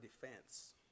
defense